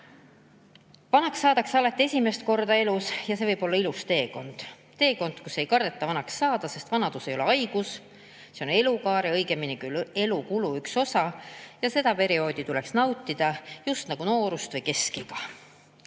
Vanaks saadakse alati esimest korda elus ja see võib olla ilus teekond – teekond, kus ei kardeta vanaks saada, sest vanadus ei ole haigus. See on elukaare, õigemini elu kulu üks osa ja seda perioodi tuleks nautida, just nagu noorust või keskiga.